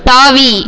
தாவி